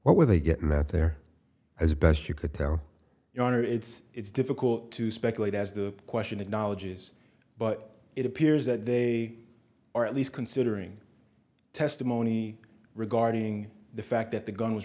what were they getting at there as best you could tell your honor it's it's difficult to speculate as the question acknowledges but it appears that they are at least considering testimony regarding the fact that the gun was